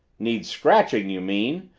needs scratching you mean!